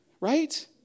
Right